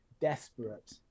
desperate